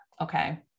okay